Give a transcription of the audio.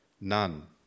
None